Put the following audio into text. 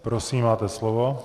Prosím, máte slovo.